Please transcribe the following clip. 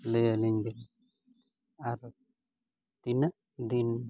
ᱞᱟᱹᱭ ᱟᱹᱞᱤᱧ ᱵᱤᱱ ᱟᱨ ᱛᱤᱱᱟᱹᱜ ᱫᱤᱱ